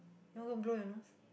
ya lor blur you knows